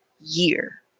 year